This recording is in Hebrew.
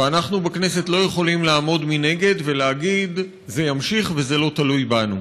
ואנחנו בכנסת לא יכולים לעמוד מנגד ולהגיד: זה ימשיך וזה לא תלוי בנו,